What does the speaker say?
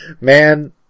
Man